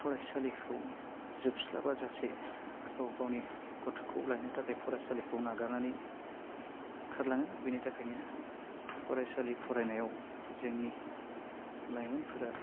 फरायसालिखौ जोबस्लाबाजासे गाव गावनि गथ'खौ लायनो थाखाय फरायसालिखौ नागारनानै खारलाङो बिनि थाखायनो फरायसालि फरायनायाव जोंनि लाइमोनफोरा